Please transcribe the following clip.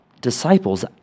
disciples